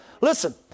Listen